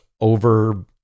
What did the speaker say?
over